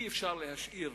אי-אפשר להשאיר